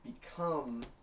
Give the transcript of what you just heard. become